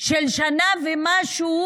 של שנה ומשהו.